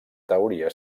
teoria